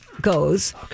goes